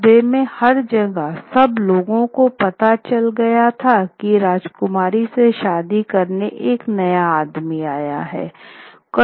कस्बे में हर जगह सब लोगों को पता चल गया था कि राजकुमारी से शादी करने एक नया आदमी आया है